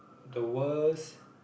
the worst